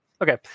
Okay